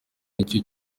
nicyo